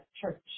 church